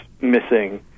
missing